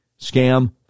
scam